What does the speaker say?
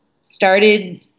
started